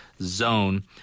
zone